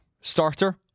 starter